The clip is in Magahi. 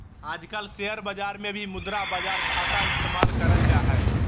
आजकल शेयर बाजार मे भी मुद्रा बाजार खाता इस्तेमाल करल जा हय